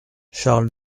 charles